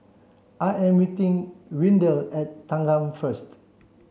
I am meeting Windell at Thanggam first